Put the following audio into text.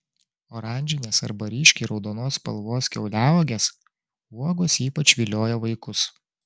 oranžinės arba ryškiai raudonos spalvos kiauliauogės uogos ypač vilioja vaikus